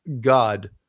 God